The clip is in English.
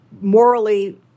morally